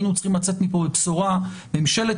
היינו צריכים לצאת מפה עם בשורה: ממשלת